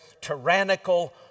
tyrannical